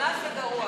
חלש וגרוע.